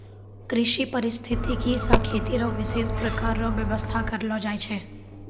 कृषि परिस्थितिकी से खेती रो विशेष प्रकार रो व्यबस्था करलो जाय छै